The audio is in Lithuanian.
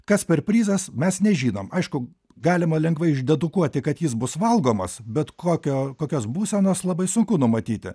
kas per prizas mes nežinom aišku galima lengvai išdedukuoti kad jis bus valgomas bet kokio kokios būsenos labai sunku numatyti